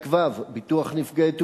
ביטוח נפגעי עבודה,